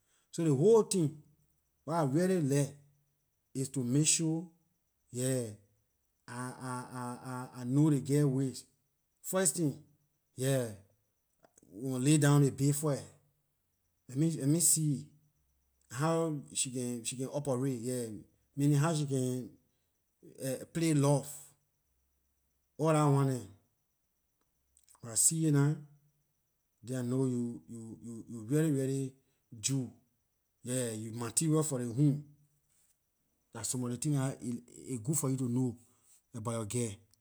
So ley whole tin wer I really like is to make sure yeah i- i- I know ley girl ways first tin yeah we mon ley down on ley bed first let me see how she can operate yeah meaning how she can play love all dah one dem when I see aay nah then I know you really really jue yeah you material for ley home dah sommor ley tin aay good for you to know about yor girl